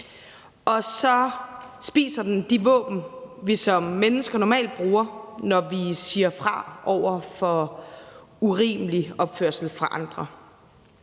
og så spiser den de våben, vi som mennesker normalt bruger, når vi siger fra over for urimelig opførsel fra andres